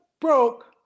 broke